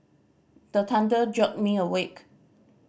the thunder jolt me awake